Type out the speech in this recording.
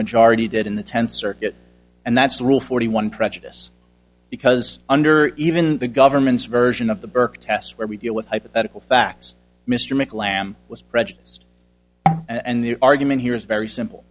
majority did in the tenth circuit and that's the rule forty one prejudice because under even the government's version of the burke test where we deal with hypothetical facts mr make land was prejudiced and the argument here is very simple